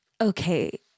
okay